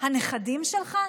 הנכדים שלך?